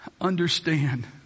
understand